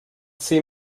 see